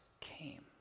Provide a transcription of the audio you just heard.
came